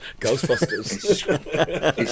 Ghostbusters